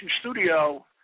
studio